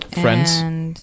Friends